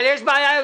מה זה קשור?